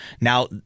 Now